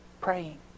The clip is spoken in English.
praying